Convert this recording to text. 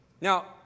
Now